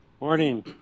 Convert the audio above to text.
Morning